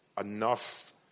enough